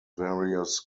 various